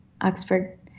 Oxford